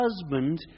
husband